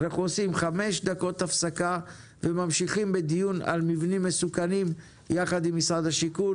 חמש דקות הפסקה ונמשיך בדיון על מבנים מסוכנים עם משרד השיכון.